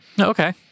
Okay